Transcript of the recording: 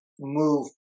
move